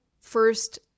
first